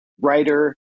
writer